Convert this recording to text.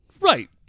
Right